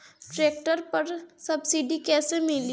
Tractor पर subsidy कैसे मिली?